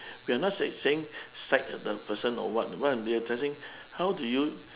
we are not say saying side the person or what what we are just saying how do you